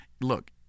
Look